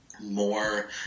more